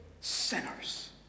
sinners